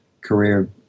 career